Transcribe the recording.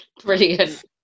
Brilliant